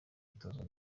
itozwa